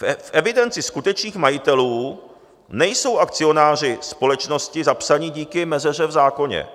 V evidenci skutečných majitelů nejsou akcionáři společnosti zapsáni díky mezeře v zákoně.